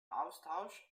austausch